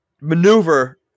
maneuver